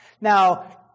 Now